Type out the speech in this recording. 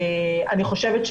אני חושבת,